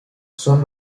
son